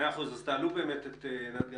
עינת גמזו,